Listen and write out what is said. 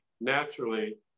naturally